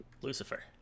Lucifer